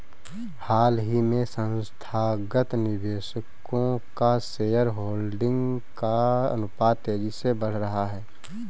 हाल ही में संस्थागत निवेशकों का शेयरहोल्डिंग का अनुपात तेज़ी से बढ़ रहा है